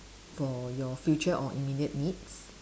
for your future or immediate needs